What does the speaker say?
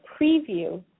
preview